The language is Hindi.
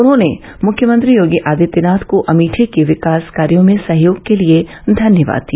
उन्होंने मुख्यमंत्री योगी आदित्यनाथ को अमेठी के विकास कार्यो में सहयोग के लिए धन्यवाद दिया